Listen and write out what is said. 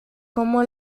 como